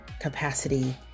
capacity